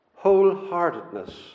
Wholeheartedness